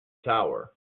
tower